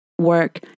work